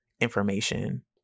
information